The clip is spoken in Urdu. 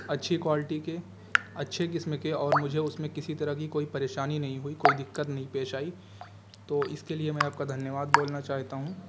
اچھی کوالٹی کے اچھے قسم کے اور مجھے اس میں کسی طرح کی کوئی پریشانی نہیں ہوئی کوئی دقت پیش نہیں آئی تو اس کے لیے میں آپ کا دھنیہ واد بولنا چاہتا ہوں